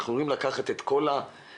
אנחנו אמורים לקחת את כל הדברים,